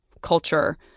culture